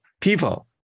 people